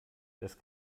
das